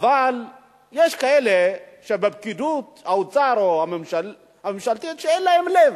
אבל יש כאלה בפקידות האוצר או בפקידות הממשלתית שאין להם לב.